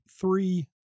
three